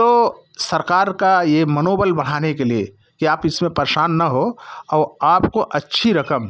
तो सरकार का ये मनोबल बढ़ाने के लिए कि आप इसमें परेशान ना हो और आपको अच्छी रकम